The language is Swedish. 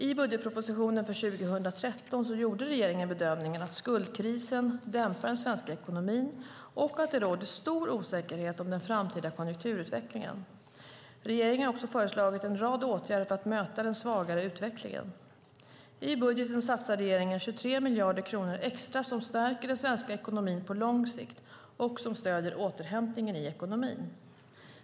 I budgetpropositionen för 2013 gjorde regeringen bedömningen att skuldkrisen dämpar den svenska ekonomin och att det råder stor osäkerhet om den framtida konjunkturutvecklingen. Regeringen har också föreslagit en rad åtgärder för att möta den svagare utvecklingen. I budgeten satsar regeringen 23 miljarder kronor extra som stärker den svenska ekonomin på lång sikt och som stödjer återhämtningen i ekonomin.